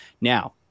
Now